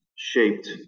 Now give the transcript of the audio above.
shaped